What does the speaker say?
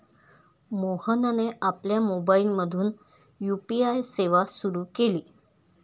मोहनने आपल्या मोबाइलमधून यू.पी.आय सेवा सुरू केली